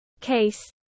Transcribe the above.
case